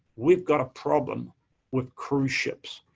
we've got a problem with cruise ships.